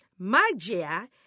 Magia